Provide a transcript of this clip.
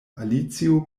alicio